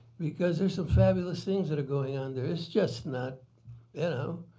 because there's some fabulous things that are going on there. it's just not you know,